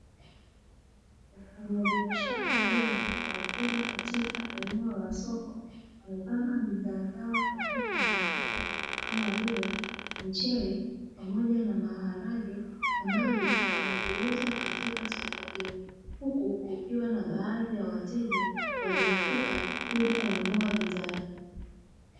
Wafanyabiashara wengi wakiwa katika eneo la soko, wamepanga bidhaa zao katika mifuko kama vile mchele pamoja na maharage, ambavyo wanaviuza katika soko hilo. Huku kukiwa na baadhi ya wateja waliofika ili kununua bidhaa hizo.